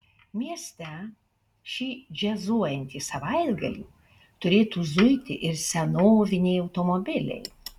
mieste šį džiazuojantį savaitgalį turėtų zuiti ir senoviniai automobiliai